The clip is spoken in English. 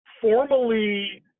formally